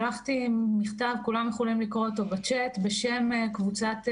שלחתי מכתב וכולם יכולים לקרוא אותו בצ'אט קבוצה בשם